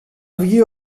βγει